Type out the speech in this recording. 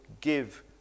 give